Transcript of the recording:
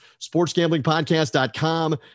sportsgamblingpodcast.com